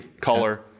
Color